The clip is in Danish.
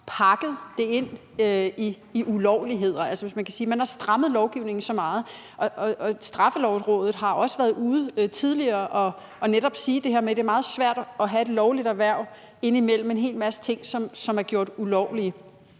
pakket ind i ulovligheder, hvis man kan sige det sådan. Altså, man har strammet lovgivningen så meget. Straffelovrådet har også været ude tidligere og netop sige det her med, at det er meget svært at have et lovligt erhverv ind imellem en hel masse ting, som er gjort ulovlige.